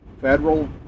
federal